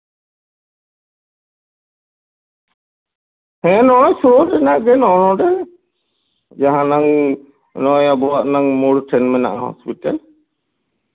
ᱦᱮᱸ ᱱᱚᱜᱼᱚᱭ ᱥᱩᱨ ᱨᱮᱱᱟᱜ ᱜᱮ ᱱᱚᱜᱼᱚ ᱱᱚᱸᱰᱮ ᱡᱟᱦᱟᱱᱟᱜ ᱱᱚᱜᱼᱚᱭ ᱟᱵᱚᱣᱟᱜ ᱱᱟᱝ ᱢᱳᱲ ᱴᱷᱮᱱ ᱢᱮᱱᱟᱜ ᱦᱚᱥᱯᱤᱴᱟᱞ